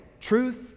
Truth